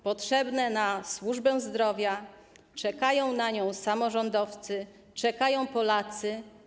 Są one potrzebne na służbę zdrowia, czekają na nie samorządowcy, czekają Polacy.